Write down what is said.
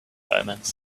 omens